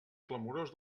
clamorós